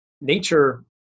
nature